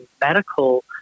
medical